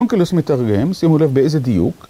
אונקלוס מתרגם, שימו לב באיזה דיוק